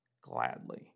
gladly